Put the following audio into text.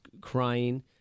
crying